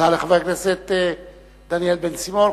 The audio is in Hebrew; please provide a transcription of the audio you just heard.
תודה לחבר הכנסת דניאל בן-סימון.